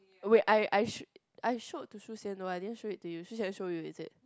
wait I I sh~ I showed to Shu-Xian no I didn't show it to you Shu-Xian show you is it